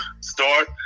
start